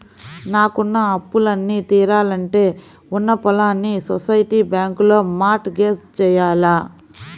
నాకున్న అప్పులన్నీ తీరాలంటే ఉన్న పొలాల్ని సొసైటీ బ్యాంకులో మార్ట్ గేజ్ జెయ్యాల